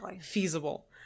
feasible